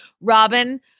Robin